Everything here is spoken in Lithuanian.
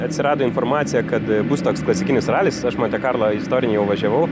atsirado informacija kad bus toks klasikinis ralis monte karlo istorinį jau važiavau